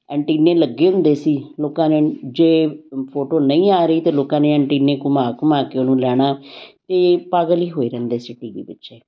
ਅੰਟੀਨੇ ਲੱਗੇ ਹੁੰਦੇ ਸੀ ਲੋਕਾਂ ਨੇ ਜੇ ਫੋਟੋ ਨਹੀਂ ਆ ਰਹੀ ਤਾਂ ਲੋਕਾਂ ਨੇ ਅੰਟੀਨੇ ਘੁੰਮਾ ਘੁੰਮਾ ਕੇ ਉਹਨੂੰ ਲੈਣਾ ਅਤੇ ਪਾਗਲ ਹੀ ਹੋਏ ਰਹਿੰਦੇ ਸੀ ਟੀ ਵੀ ਪਿੱਛੇ